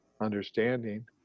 understanding